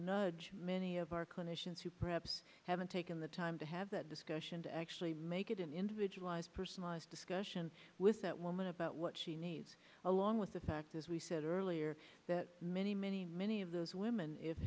nudge many of our clinicians who perhaps haven't taken the time to have that discussion to actually make it an individualized personalized discussion with that woman about what she needs along with the fact as we said earlier that many many many of those women if